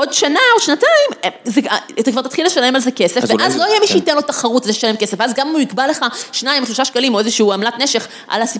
עוד שנה, עוד שנתיים, אתה כבר תתחיל לשלם על זה כסף ואז לא יהיה מי שייתן לו תחרות לשלם כסף, ואז גם אם הוא יקבע לך שניים או שלושה שקלים או איזשהו עמלת נשך